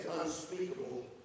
unspeakable